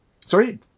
Sorry